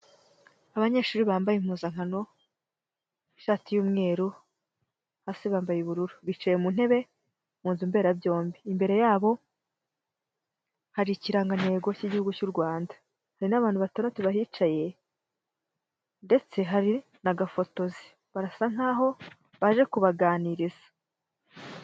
Abanyeshuri bambaye impuzankano ishati y'umweru hasi bambaye ubururu, bicaye mu ntebe mu nzu mberabyombi, imbere yabo hari ikirangantego cy'Igihugu cy'u Rwanda, hari n'abantu batandatu bahicaye ndetse hari na gafotozi barasa nkaho baje kubaganiriza.